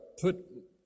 put